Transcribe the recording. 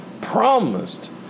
promised